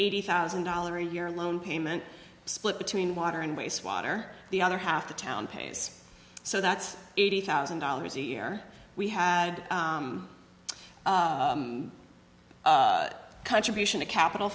eighty thousand dollar a year loan payment split between water and waste water the other half the town pays so that's eighty thousand dollars a year we had a contribution to capital